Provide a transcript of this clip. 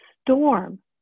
storm